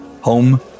Home